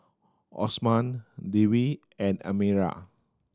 Osman Dewi and Amirah